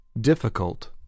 Difficult